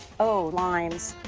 oh, limes.